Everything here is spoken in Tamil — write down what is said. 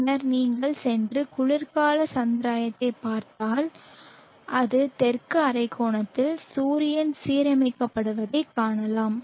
பின்னர் நீங்கள் சென்று குளிர்கால சங்கிராந்தியைப் பார்த்தால் அது தெற்கு அரைக்கோளத்தில் சூரியன் சீரமைக்கப்படுவதைக் காணலாம்